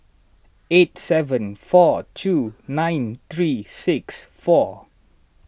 eight seven four two nine three six four